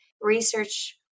research